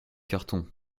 cartons